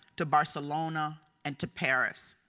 to barcelona and to paris.